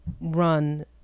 run